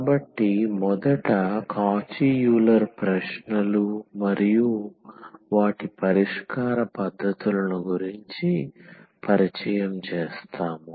కాబట్టి మొదట Cauchy Euler ప్రశ్నలు మరియు వాటి పరిష్కార పద్ధతులను గురించి పరిచయం చేస్తాము